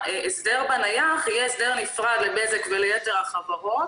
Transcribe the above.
בנייח יהיה הסדר נפרד לבזק וליתר החברות.